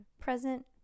present